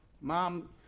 Mom